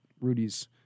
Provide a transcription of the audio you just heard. Rudy's